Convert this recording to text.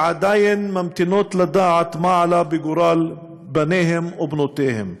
שעדיין ממתינות לדעת מה עלה בגורל בניהם ובנותיהם.